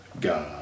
God